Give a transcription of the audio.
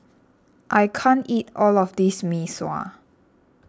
I can't eat all of this Mee Sua